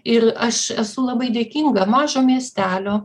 ir aš esu labai dėkinga mažo miestelio